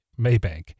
maybank